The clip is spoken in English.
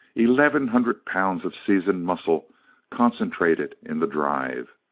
eleven hundred pounds of seasoned muscle concentrated in the drive.